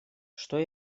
что